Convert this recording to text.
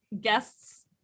guests